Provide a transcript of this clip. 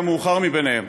לפי המאוחר מביניהם,